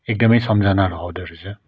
एकदमै सम्झनाहरू आउँदा रहेछ